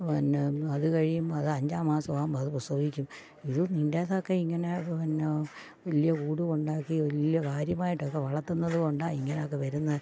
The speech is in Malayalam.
പിന്നെ അത് കഴിയുമ്പം അത് അഞ്ചാം മാസമാവുമ്പം അത് പ്രസവിക്കും ഇത് നിൻ്റെതൊക്കെ ഇങ്ങനെ പിന്നെ വലിയ കൂടും ഉണ്ടാക്കി വലിയ കാര്യമായിട്ടൊക്കെ വളർത്തുന്നത് കൊണ്ടാ ഇങ്ങനെയൊക്കെ വരുന്നത്